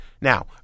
Now